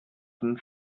den